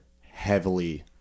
heavily